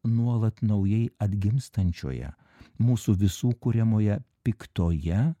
nuolat naujai atgimstančioje mūsų visų kuriamoje piktoje